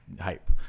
hype